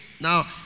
Now